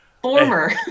Former